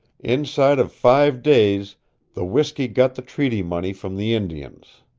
inside of five days the whiskey got the treaty money from the indians.